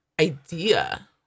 idea